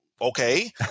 okay